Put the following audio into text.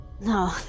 No